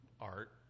art